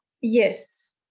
Yes